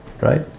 Right